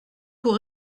pour